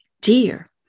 Dear